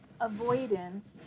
avoidance